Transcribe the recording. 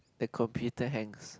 the computer hangs